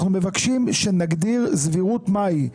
אנחנו מבקשים שנגדיר סבירות מהי.